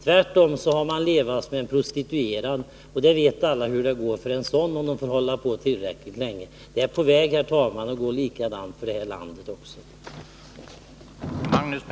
Tvärtom har man levat som en prostituerad, och det vet alla hur det går för sådana om de får hålla på tillräckligt länge. Det är, herr talman, på väg att gå likadant för vårt land.